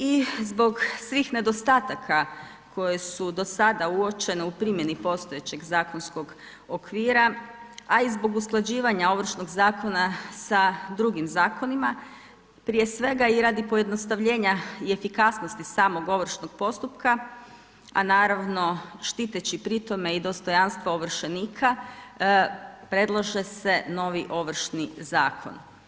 I zbog svih nedostataka koji su do sada uočeni u primjeni postojećeg zakonskog okvira, a i zbog usklađivanja Ovršnog zakona sa drugim zakonima, prije svega i radi pojednostavljenja i efikasnosti samog ovršnog postupka, a naravno štiteći pri tome dostojanstvo ovršenika, predlaže se novi Ovršni zakon.